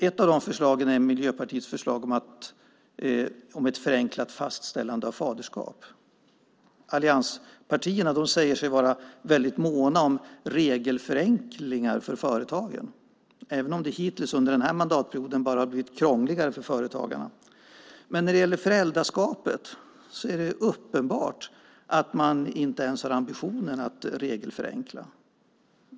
Ett av förslagen är Miljöpartiets förslag om ett förenklat fastställande av faderskap. Allianspartierna säger sig vara väldigt måna om regelförenklingar för företagen, även om det hittills under mandatperioden bara har blivit krångligare för företagarna. Men när det gäller föräldraskapet är det uppenbart att man inte ens har ambitionen att regelförenkla.